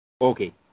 Okay